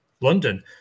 London